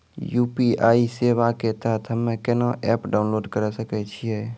UPI सेवा के तहत हम्मे केना एप्प डाउनलोड करे सकय छियै?